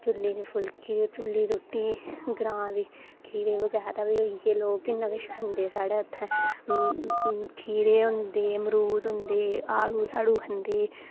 चु'ल्ले दे फुलके चु'ल्ले दी रुट्टी ग्रां दे खीरे बगैरा होई गै लोक किन्ना किश खंदे न लोक उत्थै खीरे होंदे मारूद होंदे आड़ू शाड़ू खंदे